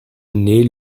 naît